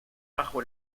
bajo